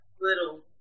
little